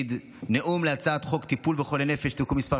נאום להצעת חוק טיפול בחולי נפש (תיקון מס'